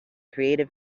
creative